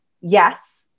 yes